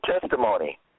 testimony